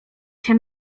się